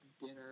dinner